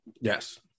Yes